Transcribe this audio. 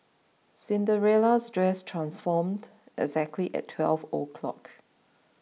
Cinderella's dress transformed exactly at twelve o'clock